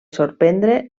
sorprendre